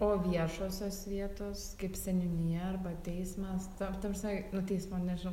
o viešosios vietos kaip seniūnija arba teismas ta ta prasme nu teismo nežinau